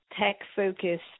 tech-focused